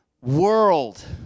world